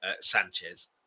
Sanchez